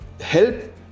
help